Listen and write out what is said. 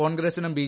കോൺഗ്രസിനും ബി